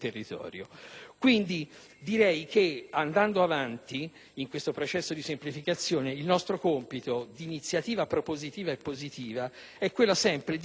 quindi che, andando avanti in questo processo di semplificazione, il nostro compito d'iniziativa propositiva e positiva è quello di tener